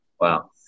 Wow